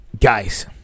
guys